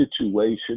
situation